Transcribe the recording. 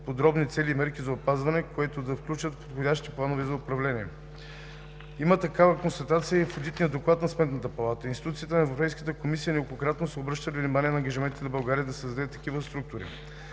подробни цели и мерки за опазване, които да се включат в подходящи планове за управление. Има такава констатация и в одитен доклад на Сметната плата. Институциите на Европейската комисия неколкократно са обръщали внимание на ангажимента на България да създаде такива структури.